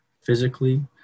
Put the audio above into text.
physically